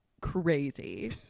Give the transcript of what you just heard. crazy